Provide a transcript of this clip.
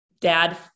dad